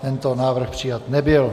Tento návrh přijat nebyl.